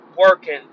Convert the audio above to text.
working